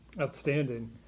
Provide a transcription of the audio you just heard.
Outstanding